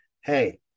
hey